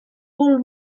full